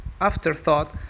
afterthought